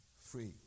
free